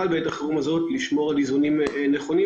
על ביטחון המדינה אל מול איומי טרור,